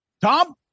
Tom